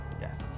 Yes